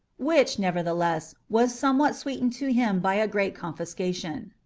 which, nevertheless, was somewhat sweetened to him by a great confiscation.